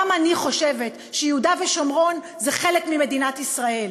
גם אני חושבת שיהודה ושומרון הם חלק ממדינת ישראל,